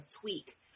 tweak